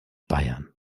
bayern